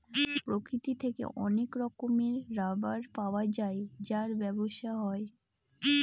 প্রকৃতি থেকে অনেক রকমের রাবার পাওয়া যায় যার ব্যবসা হয়